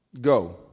go